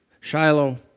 Shiloh